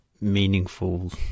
meaningful